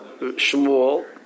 Shmuel